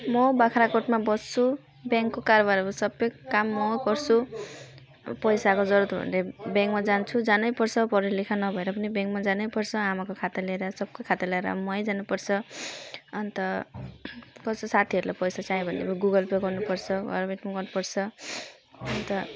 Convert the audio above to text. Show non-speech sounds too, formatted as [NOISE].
म बाख्राकोटमा बस्छु बेङ्कको कारबारहरू सपै काम म गर्छु पैसाको जरुरत भयो भने चाहिँ बेङ्कमा जान्छु बेङ्कमा जानैपर्छ पढालिखा नभएर पनि बेङ्कमा जानैपर्छ आमाको खाता लिएर सबको खाता लिएर मै जानुपर्छ अन्त पैसो साथीहरूलाई पैसो चाहियो भने गुगल पे गर्नुपर्छ [UNINTELLIGIBLE] गर्नुपर्छ अनि त